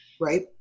Right